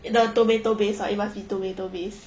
in the tomato based one it must be tomato base